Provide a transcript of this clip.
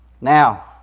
Now